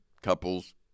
Couples